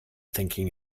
thinking